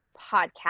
podcast